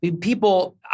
People